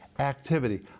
activity